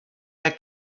bei